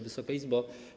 Wysoka Izbo!